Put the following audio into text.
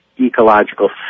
ecological